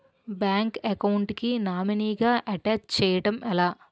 Bank account కి nominee గా attach చేయడం ఎలా?